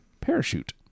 Parachute